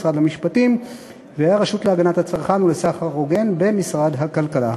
משרד המשפטים והרשות להגנת הצרכן ולסחר הוגן במשרד הכלכלה.